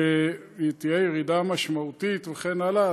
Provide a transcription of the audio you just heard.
שתהיה ירידה משמעותית וכן הלאה.